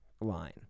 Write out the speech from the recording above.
line